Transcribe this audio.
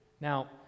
Now